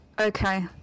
Okay